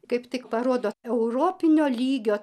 kaip tik parodo europinio lygio